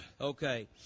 okay